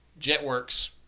Jetworks